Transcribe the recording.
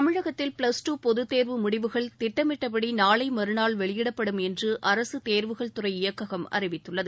தமிழகத்தில் plus two பொதுத்தேர்வு முடிவுகள் திட்டமிட்டபடி நாளை மறுநாள் வெளியிடப்படும் என்று அரசு தேர்வுகள் துறை இயக்ககம் அறிவித்துள்ளது